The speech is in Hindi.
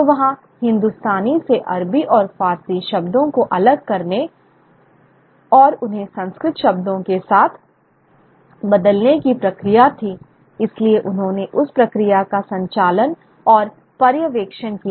तो वहां हिंदुस्तानी से अरबी और फ़ारसी शब्दों को अलग करने और उन्हें संस्कृत शब्दों के साथ बदलने की प्रक्रिया थी इसलिए उन्होंने उस प्रक्रिया का संचालन और पर्यवेक्षण किया